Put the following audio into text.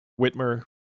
Whitmer